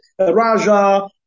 Raja